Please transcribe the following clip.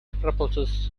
proposes